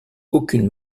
aucune